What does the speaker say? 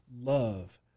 love